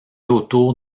autour